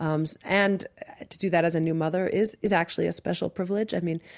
um so and to do that as a new mother is is actually a special privilege. i mean,